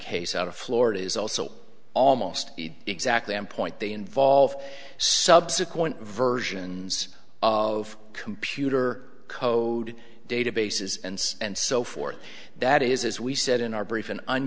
case out of florida is also almost exactly on point they involve subsequent versions of computer code databases and and so forth that is as we said in our brief